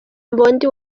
mbondi